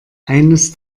eines